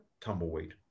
tumbleweed